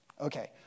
Okay